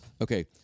Okay